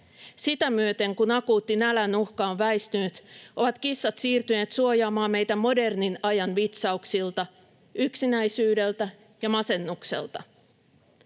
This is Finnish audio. Sitä myöten, kun akuutti nälän uhka on väistynyt, ovat kissat siirtyneet suojaamaan meitä modernin ajan vitsauksilta, yksinäisyydeltä ja masennukselta.